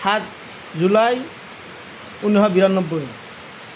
সাত জুলাই ঊনৈছশ বিৰান্নব্বৈ